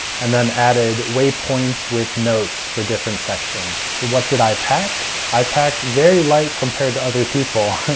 and then added waypoints with notes for different sections. so, what did i pack? i packed very light compared to other people.